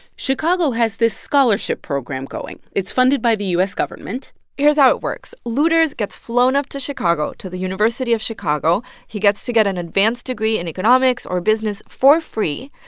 chicago has this scholarship program going. it's funded by the u s. government here's how it works. luders gets flown up to chicago to the university of chicago. he gets to get an advanced degree in economics or business for free.